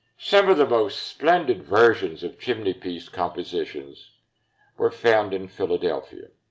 some of the most splendid versions of chimneypiece compositions were found in philadelphia.